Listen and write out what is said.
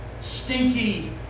stinky